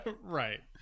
Right